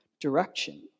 direction